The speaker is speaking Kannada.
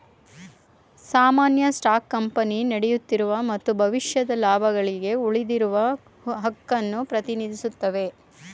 ಸಾಮಾನ್ಯ ಸ್ಟಾಕ್ ಕಂಪನಿ ನಡೆಯುತ್ತಿರುವ ಮತ್ತು ಭವಿಷ್ಯದ ಲಾಭಗಳ್ಗೆ ಉಳಿದಿರುವ ಹಕ್ಕುನ್ನ ಪ್ರತಿನಿಧಿಸುತ್ತೆ